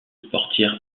portières